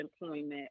employment